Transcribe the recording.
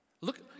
look